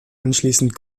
anschließend